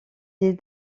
des